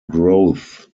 growth